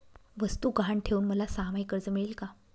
वस्तू गहाण ठेवून मला सहामाही कर्ज मिळेल का?